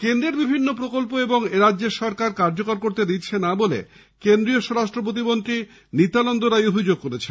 কেন্দ্রের বিভিন্ন প্রকল্প এরাজ্যের সরকার কার্যকর করতে দিচ্ছে না বলে কেন্দ্রীয় স্বরাষ্ট্র প্রতিমন্ত্রী নিত্যানন্দ রাই অভিযোগ করেছেন